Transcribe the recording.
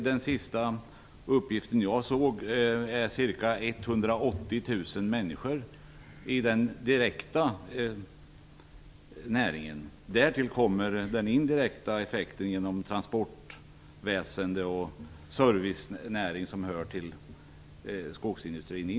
Den senaste uppgiften jag såg var ca 180 000 människor i den direkta näringen. Därtill kommer effekten av transportväsende och servicenäring som indirekt hör till skogsindustrin.